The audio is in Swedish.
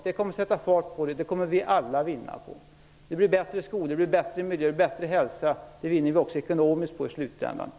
Det kommer att sätta fart på arbetet, och det kommer vi alla att vinna på. Det blir bättre skolor, det blir bättre miljö och bättre hälsa. Det vinner också ekonomin på i slutändan.